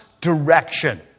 Direction